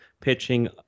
pitching